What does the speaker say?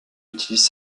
utilise